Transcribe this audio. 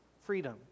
freedom